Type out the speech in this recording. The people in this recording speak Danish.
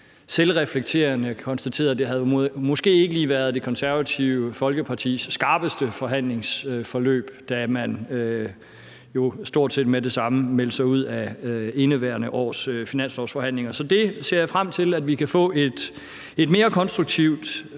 selverkendende – konstaterede, at det måske ikke lige havde været Det Konservative Folkepartis skarpeste forhandlingsforløb, da man jo stort set med det samme meldte sig ud af indeværende års finanslovsforhandlinger. Så jeg ser frem til, at vi kan få et mere konstruktivt